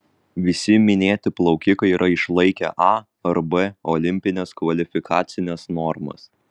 visi minėti plaukikai yra išlaikę a ar b olimpines kvalifikacines normas